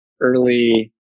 early